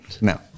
no